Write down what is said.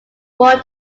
born